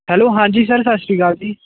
hello ਹਾਂਜੀ sir ਸਤਿ ਸ਼੍ਰੀ ਅਕਾਲ ਜੀ